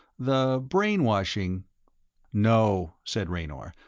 the brainwashing no, said raynor,